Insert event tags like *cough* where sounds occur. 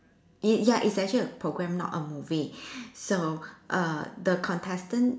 it ya it's actually a program not a movie *breath* so err the contestant